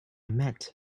met